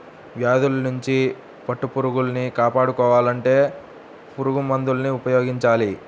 వ్యాధుల్నించి పట్టుపురుగుల్ని కాపాడుకోవాలంటే పురుగుమందుల్ని ఉపయోగించాల